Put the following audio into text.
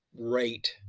rate